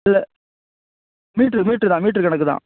இல்லை metre metre தான் metre கணக்கு தான்